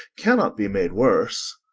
cannot be made worse.